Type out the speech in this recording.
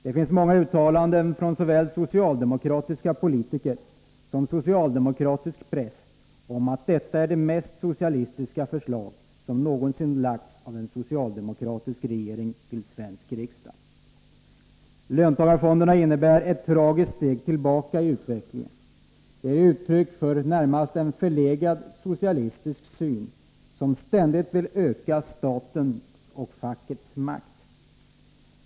Det finns många uttalanden från såväl socialdemokratiska politiker som socialdemokratisk press om att detta är det mest socialistiska förslag som någonsin framlagts av en socialdemokratisk regering i svensk riksdag. Löntagarfonderna innebär ett tragiskt steg tillbaka i utvecklingen. De är ett uttryck för en närmast förlegad socialistisk syn, som ständigt vill öka statens och fackets makt.